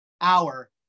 hour